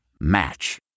Match